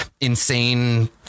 insane